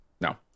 No